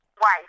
wife